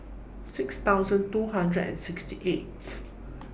six thousand two hundred and sixty eighth